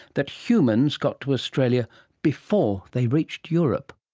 that humans got to australia before they reached europe.